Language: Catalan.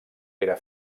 era